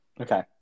Okay